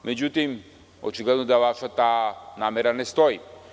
Međutim, očigledno da ta vaša namera ne stoji.